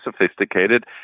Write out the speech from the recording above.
sophisticated